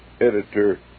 Editor